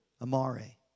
amare